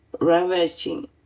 ravaging